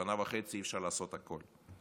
שבשנה וחצי אי-אפשר לעשות הכול,